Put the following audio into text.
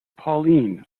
pauline